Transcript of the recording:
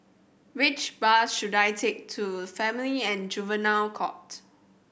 which bus should I take to Family and Juvenile Court